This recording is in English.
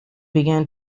began